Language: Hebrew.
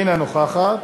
אינה נוכחת,